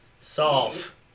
Solve